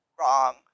wrong